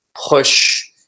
push